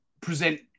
present